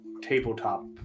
tabletop